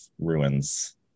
ruins